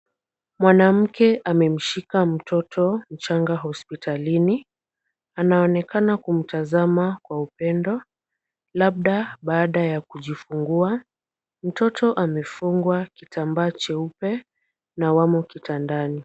Mwanamke amemshika mtoto mchanga hospitalini. Anaonekana kumtazama kwa upendo labda baada ya kujifungua. Mtoto amefungwa kitambaa cheupe na wamo kitandani.